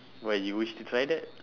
why you wish to try that